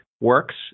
works